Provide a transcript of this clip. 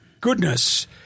goodness